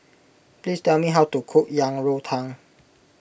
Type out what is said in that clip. please tell me how to cook Yang Rou Tang